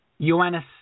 Ioannis